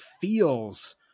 feels